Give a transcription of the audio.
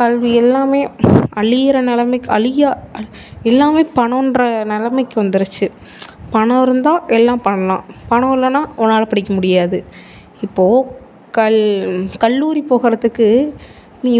கல்வி எல்லாமே அழிகிற நிலமைக்கு அழியா எல்லாமே பணன்ற நிலமைக்கு வந்துருச்சு பணம் இருந்தால் எல்லாம் பண்ணலாம் பணம் இல்லைனா உன்னால் படிக்க முடியாது இப்போது கல் கல்லூரி போகிறதுக்கு நீ